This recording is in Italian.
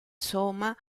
somma